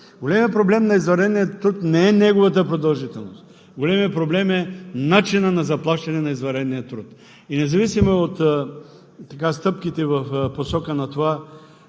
Големият проблем на извънредния труд не е неговата продължителност. Големият проблем е начинът на заплащане на извънредния труд. Независимо от стъпките в посока на това